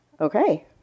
Okay